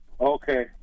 Okay